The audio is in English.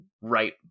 right